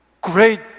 great